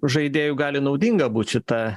žaidėjų gali naudinga būt šita